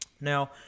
Now